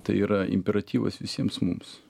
tai yra imperatyvas visiems mums